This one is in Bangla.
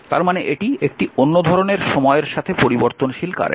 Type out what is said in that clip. তার মানে এটি একটি অন্য ধরনের সময়ের সাথে পরিবর্তনশীল কারেন্ট